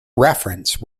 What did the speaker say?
reference